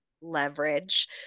leverage